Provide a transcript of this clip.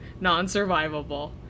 non-survivable